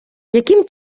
яким